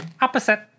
Opposite